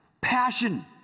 Passion